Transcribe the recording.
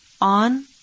on